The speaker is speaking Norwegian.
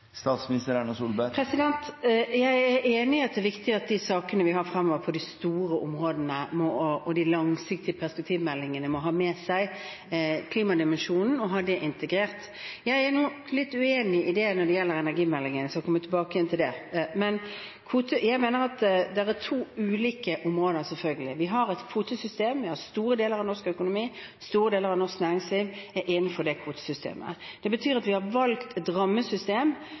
Jeg er enig i at det er viktig at de sakene vi har på de store områdene fremover, og de langsiktige perspektivmeldingene må ha med seg klimadimensjonen – og ha den integrert. Jeg er litt uenig når det gjelder energimeldingen, jeg skal komme tilbake til det, men jeg mener det er to ulike områder – selvfølgelig. Vi har et kvotesystem, og store deler av norsk økonomi og store deler av norsk næringsliv er innenfor det kvotesystemet. Det betyr at vi har valgt et rammesystem